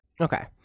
Okay